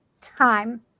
time